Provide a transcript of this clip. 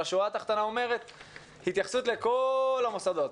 אבל השורה התחתונה היא התייחסות לכל המוסדות,